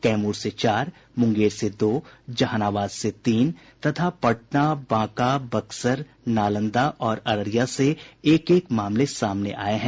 कैमूर से चार मुंगेर से दो जहानाबाद से तीन तथा पटना बांका बक्सर नालंदा और अररिया से एक एक मामले सामने आये हैं